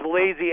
lazy